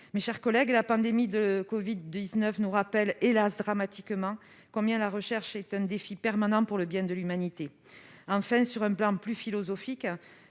Mes chers collègues, la pandémie de covid-19 nous rappelle hélas dramatiquement combien la recherche est un défi permanent pour le bien de l'humanité. Enfin, d'un point de vue davantage philosophique,